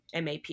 MAP